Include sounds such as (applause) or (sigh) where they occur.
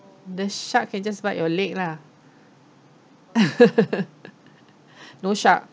the shark can just bite your leg lah (laughs) no shark